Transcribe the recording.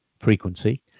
frequency